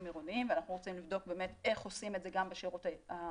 עירוניים ואנחנו רוצים לבדוק באמת איך עושים את זה גם בשירות הבין-עירוני.